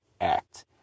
act